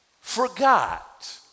forgot